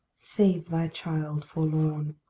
save thy child forlorn.